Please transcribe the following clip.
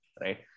right